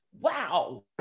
Wow